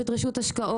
יש את רשות ההשקעות.